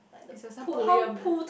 it's like some poem eh